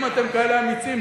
אם אתם כאלה אמיצים,